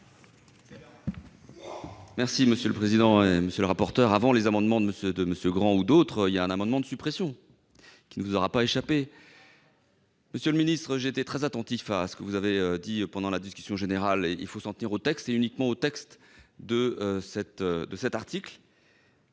: La parole est à M. Stéphane Piednoir. Avant les amendements de M. Grand ou d'autres, il y a un amendement de suppression, qui ne vous aura pas échappé. Monsieur le ministre, j'ai été très attentif à ce que vous avez dit pendant la discussion générale : il faut s'en tenir au texte, et uniquement au texte de cet article,